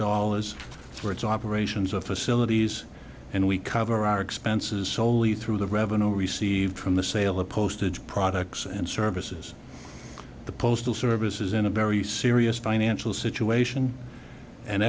dollars for its operations of facilities and we cover our expenses soley through the revenue received from the sale of postage products and services the postal service is in a very serious financial situation and